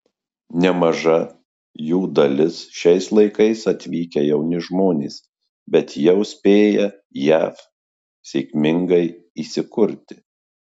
nemaža jų dalis šiais laikais atvykę jauni žmonės bet jau spėję jav sėkmingai įsikurti